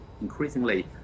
increasingly